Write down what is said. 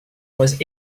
was